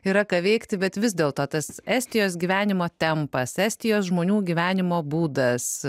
yra ką veikti bet vis dėlto tas estijos gyvenimo tempas estijos žmonių gyvenimo būdas